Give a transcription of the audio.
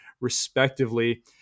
respectively